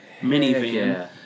minivan